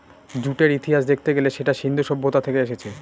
জুটের ইতিহাস দেখতে গেলে সেটা সিন্ধু সভ্যতা থেকে এসেছে